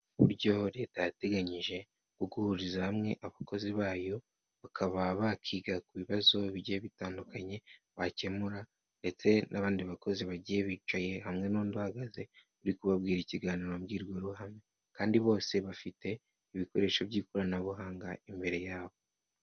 Uburyo Leta yateganyije bwo guhuriza hamwe abakozi bayo, bakaba bakiga ku bibazo bigiye bitandukanye bakemura ndetse n'abandi bakozi bagiye bicaye hamwe n'undi bahagaze, uri kubabwira ikiganiro mbwirwaruhame. Kandi bose bafite ibikoresho by'ikoranabuhanga imbere yabo.